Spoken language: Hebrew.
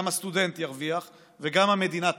גם הסטודנט ירוויח וגם המדינה תרוויח.